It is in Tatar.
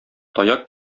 таяк